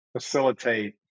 facilitate